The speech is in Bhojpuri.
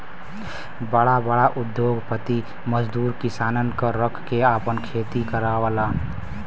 बड़ा बड़ा उद्योगपति मजदूर किसानन क रख के आपन खेती करावलन